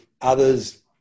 others